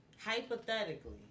Hypothetically